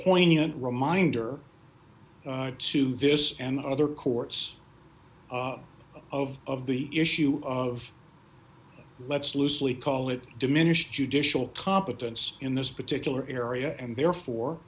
poignant reminder to this and other courts of of the issue of let's loosely call it diminished judicial competence in this particular area and therefore